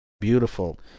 beautiful